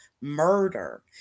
murder